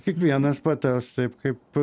kiekvienas patars taip kaip